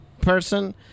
person